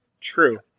true